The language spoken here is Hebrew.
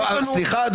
סליחה,